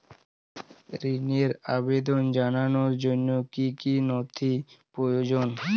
ঋনের আবেদন জানানোর জন্য কী কী নথি প্রয়োজন?